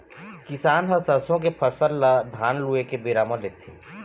किसान ह सरसों के फसल ल धान लूए के बेरा म लेथे